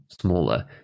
smaller